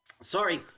Sorry